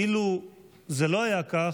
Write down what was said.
אילו זה לא היה כך,